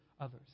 others